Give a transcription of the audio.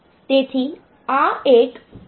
તેથી આ એક 1FFF છે